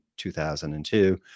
2002